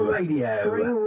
Radio